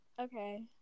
Okay